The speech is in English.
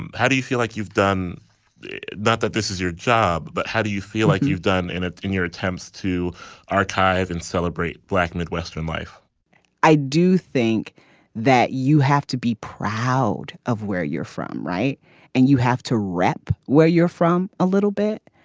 and how do you feel like you've done that that this is your job but how do you feel like you've done it in your attempts to archive and celebrate black midwestern life i do think that you have to be proud of where you're from right and you have to wrap where you're from a little bit.